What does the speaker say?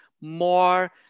more